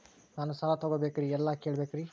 ನಾನು ಸಾಲ ತೊಗೋಬೇಕ್ರಿ ಎಲ್ಲ ಕೇಳಬೇಕ್ರಿ?